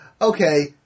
okay